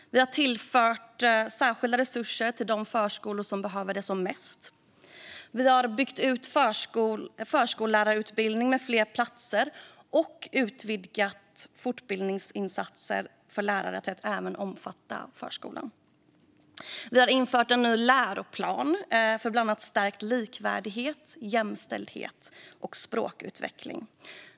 Vi har tillfört särskilda resurser till de förskolor som behöver det som mest. Vi har byggt ut förskollärarutbildningen med fler platser och utvidgat fortbildningsinsatser för lärare till att även omfatta förskolan. Vi har infört en ny läroplan för bland annat stärkt likvärdighet, jämställdhet och språkutveckling.